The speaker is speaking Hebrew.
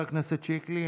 חבר הכנסת שיקלי,